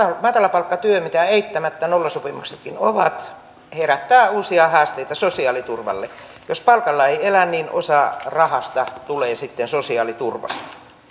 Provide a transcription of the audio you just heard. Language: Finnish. matalapalkkatyö mitä eittämättä nollasopimuksetkin ovat herättää uusia haasteita sosiaaliturvalle jos palkalla ei elä osa rahasta tulee sitten sosiaaliturvasta